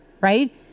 right